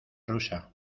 rusa